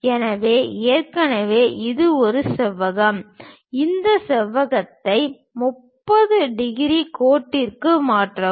எனவே ஏற்கனவே இது ஒரு செவ்வகம் இந்த செவ்வகத்தை 30 டிகிரி கோட்டிற்கு மாற்றவும்